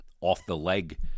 off-the-leg